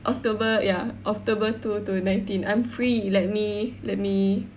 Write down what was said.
October ya October two to nineteen I'm free you let me let me